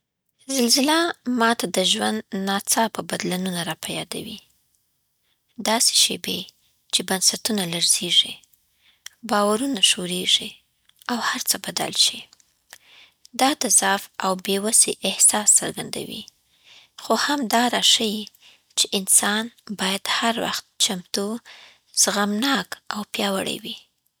زما لپاره طوفان د ژوند سختو شیبو سمبول دی، هغه وختونه چې احساسات، حال او حالت ګډوډ وي. خو طوفان همداراز د پاکېدو، بدلون او نوي پیل نښه ده، ځکه وروسته تر هر طوفانه اسمان صفا کېږي.